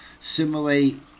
Simulate